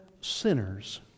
sinners